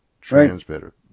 transmitter